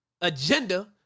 agenda